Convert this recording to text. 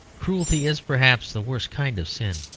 cruelty is, perhaps, the worst kind of sin.